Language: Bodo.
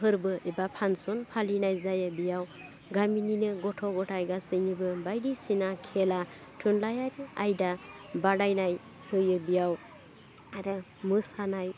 फोरबो एबा फान्सन फालिनाय जायो बियाव गामिनिनो गथ' गथाय गासैनिबो बायदिसिना खेला थुनलाइयारि आयदा बादायनाय होयो बेयाव आरो मोसानाय